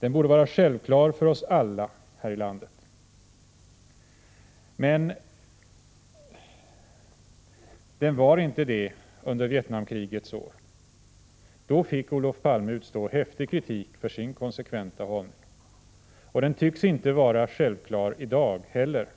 Den borde vara självklar för oss alla här i landet. Men den var det inte under Vietnamkrigets år. Då fick Olof Palme utstå häftig kritik för sin konsekventa hållning. Och den tycks inte vara självklar i dag heller,